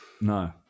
No